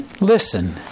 listen